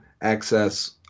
access